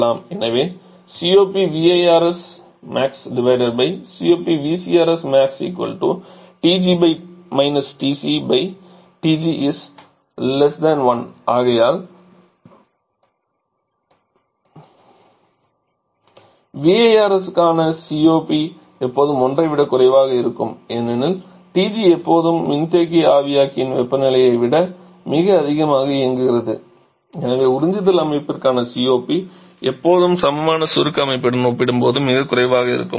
எனவே ஆகையால் VARS க்கான COP எப்போதும் 1 ஐ விடக் குறைவாக இருக்கும் ஏனெனில் TG எப்போதும் மின்தேக்கி ஆவியாக்கி வெப்பநிலையை விட மிக அதிகமாக இயங்குகிறது எனவே உறிஞ்சுதல் அமைப்பிற்கான COP எப்போதும் சமமான சுருக்க அமைப்புடன் ஒப்பிடும்போது மிகக் குறைவாக இருக்கும்